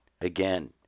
Again